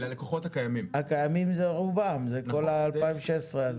הקיימים זה רובם, זה מ-2016.